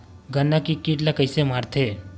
गन्ना के कीट ला कइसे मारथे?